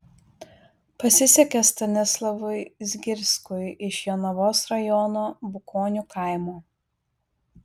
pasisekė stanislovui zgirskui iš jonavos rajono bukonių kaimo